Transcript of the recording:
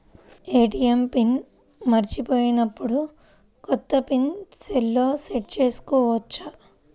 ATM pin మరచిపోయినప్పుడు, కొత్త pin సెల్లో సెట్ చేసుకోవచ్చా?